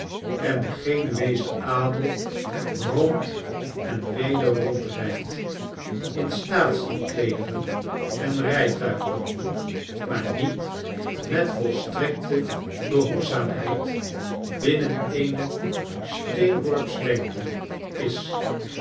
en de genueesche adel rond en weder rondrijdt in staatsie kleederen en rijtuigen maar niet met volstrekte behoedzaamheid binnen eene steenworps lengte is